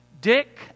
Dick